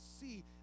see